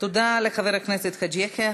תודה לחבר הכנסת חאג' יחיא.